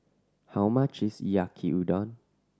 how much is Yaki Udon